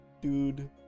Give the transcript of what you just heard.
dude